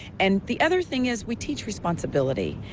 and the other thing is we teach responsibility.